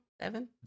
Seven